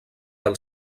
del